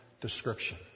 description